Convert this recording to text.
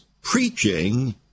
preaching